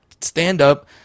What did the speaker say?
stand-up